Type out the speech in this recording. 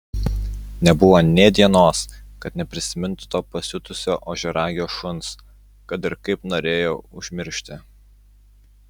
nebuvo nė dienos kad neprisimintų to pasiutusio ožiaragio šuns kad ir kaip norėjo užmiršti